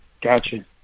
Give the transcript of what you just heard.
Gotcha